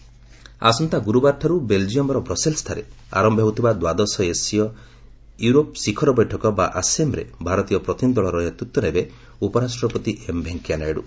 VP summit ଆସନ୍ତା ଗୁରୁବାରଠାରୁ ବେଲ୍ଜିୟମ୍ର ବ୍ରସେଲ୍ସଠାରେ ଆରମ୍ଭ ହେଉଥିବା ଦ୍ୱାଦଶ ଏସିଆ ୟୁରୋପ ଶିଖର ବୈଠକ ବା ଆସେମ୍ରେ ଭାରତୀୟ ପ୍ରତିନିଧି ଦଳର ନେତୃତ୍ୱ ନେବେ ଉପରାଷ୍ଟ୍ରପତି ଏମ୍ ଭେଙ୍କାୟାନାଇଡୁ